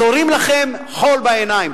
זורים לכם חול בעיניים.